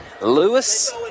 Lewis